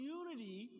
unity